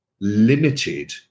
limited